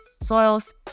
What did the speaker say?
soils